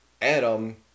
Adam